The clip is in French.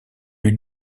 eut